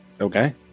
Okay